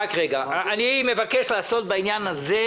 אני מבקש לעשות בעניין הזה,